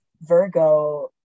Virgo